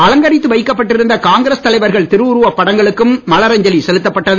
அலங்கரித்து வைக்கப் பட்டிருந்த காங்கிரஸ் தலைவர்கள் திருஉருவப் படங்களுக்கும் மலர் அஞ்சலி செலுத்தப்பட்டது